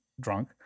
drunk